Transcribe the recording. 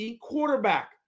quarterback